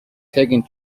taking